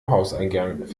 hauseingang